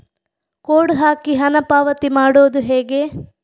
Code ಹಾಕಿ ಹಣ ಪಾವತಿ ಮಾಡೋದು ಹೇಗೆ?